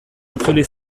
itzuli